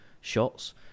shots